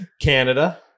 Canada